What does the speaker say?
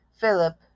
Philip